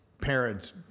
parents